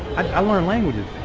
i learn languages